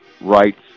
rights